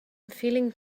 feeling